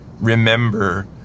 remember